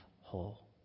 whole